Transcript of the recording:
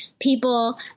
people